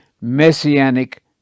messianic